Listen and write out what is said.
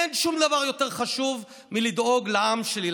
אין שום דבר יותר חשוב מלדאוג לעם שלי,